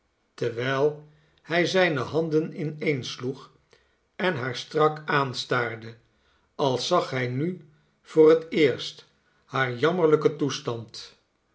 terwijl hij zijne handen ineensloeg en haar strak aanstaarde als zag hij nu voor het eerst haar jammerlijken toestand